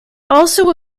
also